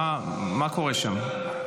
מה קורה שם?